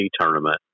tournament